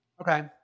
Okay